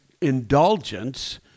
indulgence